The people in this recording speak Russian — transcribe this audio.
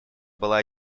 была